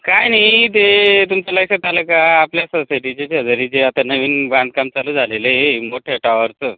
काय नाही ते तुमचं लक्षात आलं का आपल्या सोसायटीचे शेजारी जे आता नवीन बांधकाम चालू झाले आहे मोठ्या टावरचं